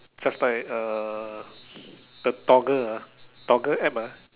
just like uh the Toggle ah Toggle App ah